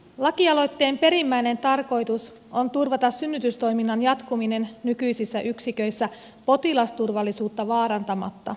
lakialoitteen perimmäinen tarkoitus on turvata synnytystoiminnan jatkuminen nykyisissä yksiköissä potilasturvallisuutta vaarantamatta